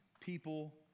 people